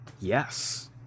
Yes